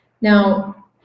Now